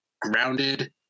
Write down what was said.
grounded